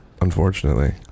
unfortunately